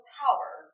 power